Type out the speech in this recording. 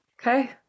okay